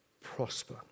prosper